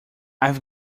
i’ve